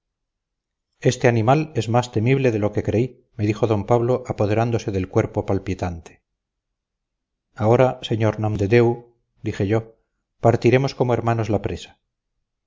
este animal es más temible de lo que creí me dijo d pablo apoderándose del cuerpo palpitante ahora sr nomdedeu dije yo partiremos como hermanos la presa